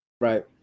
Right